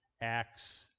Acts